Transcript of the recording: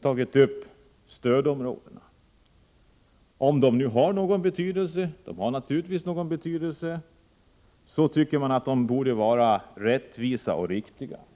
tagit upp stödområdena. Om de nu har någon betydelse — och det anser vi naturligtvis att de har — tycker jag att de borde vara rättvisa och riktiga.